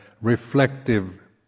reflective